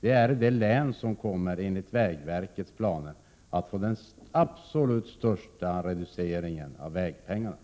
Norrbotten är det län som enligt vägverkets planer kommer att få den absolut 149 största reduceringen av vägpengar.